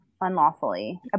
unlawfully